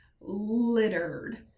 littered